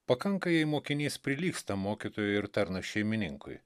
pakanka jei mokinys prilygsta mokytojui ir tarnas šeimininkui